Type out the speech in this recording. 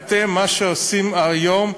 ומה שאתם עושים היום,